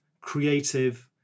creative